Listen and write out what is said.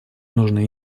нужно